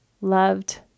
loved